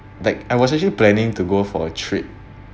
like I was actually planning to go for a trip